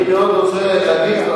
אני מאוד רוצה להגיב,